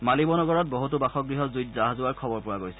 Malibu নগৰত বহুতো বাসগ্যহ জুইত জাহ যোৱাৰ খবৰ পোৱা গৈছে